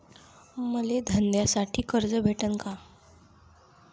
मले धंद्यासाठी कर्ज भेटन का?